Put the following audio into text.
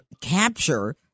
capture